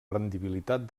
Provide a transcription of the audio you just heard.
rendibilitat